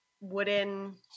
wooden